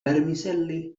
vermicelli